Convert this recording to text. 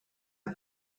are